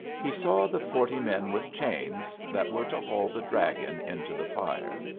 he saw the forty men with chains that were to haul the dragon into the fire.